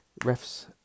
refs